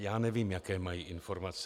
Já nevím, jaké mají informace.